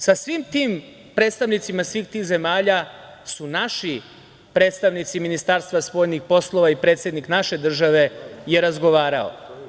Sa svim tim predstavnicima svih tih zemalja su naši predstavnici Ministarstva spoljnih poslova i predsednik naše države je razgovarao.